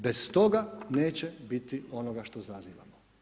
Bez toga neće biti onoga što zazivamo.